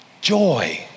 joy